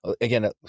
again